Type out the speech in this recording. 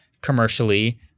commercially